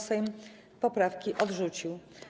Sejm poprawki odrzucił.